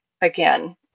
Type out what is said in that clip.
again